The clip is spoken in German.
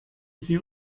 sie